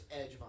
edge